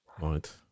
Right